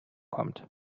kommt